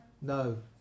No